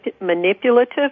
manipulative